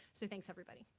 so thanks, everybody.